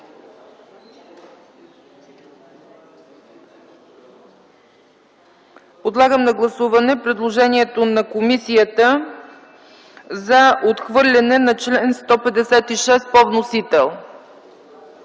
Подлагам на гласуване предложението на комисията за отхвърляне на чл. 156 по вносител.